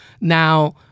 now